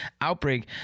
outbreak